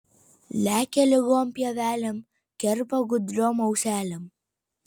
lekia lygiom pievelėm kerpa gudriom auselėm